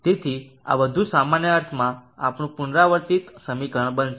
તેથી આ વધુ સામાન્ય અર્થમાં આપણું પુનરાવર્તિત સમીકરણ બનશે